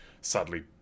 sadly